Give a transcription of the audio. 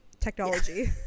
Technology